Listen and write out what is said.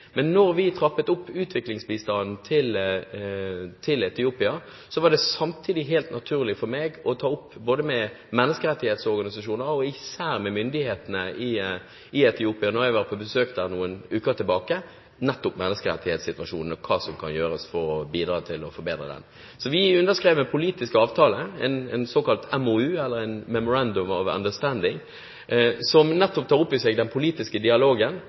Men da vi trappet opp utviklingsbistanden til Etiopia, var det samtidig helt naturlig for meg da jeg for noen uker tilbake var på besøk der, å ta opp både med menneskerettsorganisasjoner og især med myndighetene i Etiopia nettopp menneskerettssituasjonen og hva som kan gjøres for å bidra til å forbedre den. Så vi underskrev en politisk avtale, en såkalt MoU – Memorandum of Understanding – som nettopp tar opp i seg den politiske dialogen.